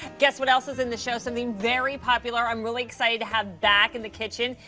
guess what else is in the show, something very, popular i'm really excited to have back in the kitchen.